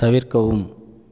தவிர்க்கவும்